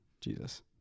Jesus